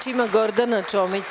Reč ima Gordana Čomić.